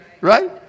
right